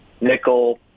nickel